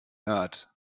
nerd